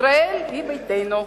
ישראל היא ביתנו.